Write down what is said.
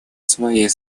своей